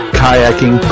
kayaking